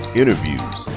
interviews